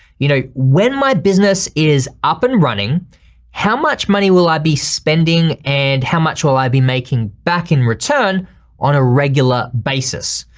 you know, when my business is up and running how much money will i be spending and how much will i be making back in return on a regular basis?